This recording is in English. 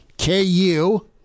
KU